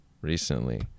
recently